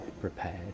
prepared